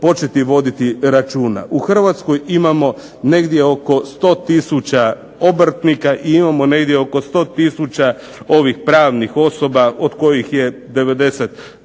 U Hrvatskoj imamo negdje oko 100000 obrtnika i imamo negdje oko 100000 ovih pravnih osoba od kojih je 99900